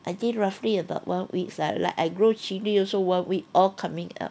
I think roughly about one weeks ah like I grow chill also one week all coming up